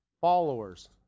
Followers